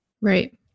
Right